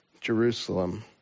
Jerusalem